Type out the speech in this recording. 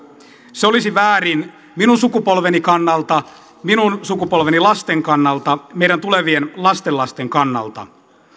se olisi väärin minun sukupolveni kannalta minun sukupolveni lasten kannalta meidän tulevien lastenlastemme kannalta